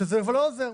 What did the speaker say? שזה כבר לא עוזר.